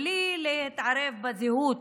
בלי להתערב בזהות